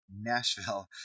Nashville